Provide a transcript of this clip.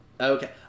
Okay